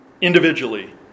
individually